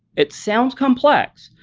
it sounds complex,